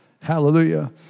hallelujah